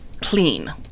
clean